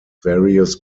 various